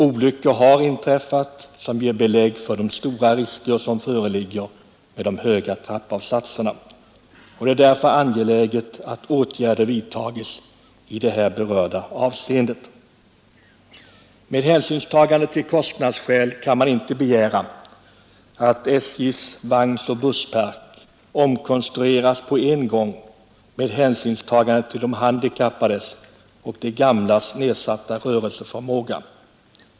Olyckor har inträffat, som ger belägg för de stora risker som föreligger med de höga trappavsatserna. Det är därför angeläget att åtgärder vidtas i det här berörda avseendet. Av kostnadsskäl kan man inte begära att SJ:s vagnoch busspark omkonstrueras på en gång med hänsyn till de handikappades och de gamlas nedsatta rörelseförmåga.